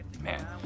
man